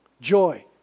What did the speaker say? joy